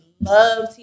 Love